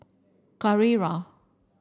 Carrera